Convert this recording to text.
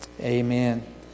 Amen